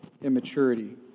immaturity